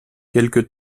quelque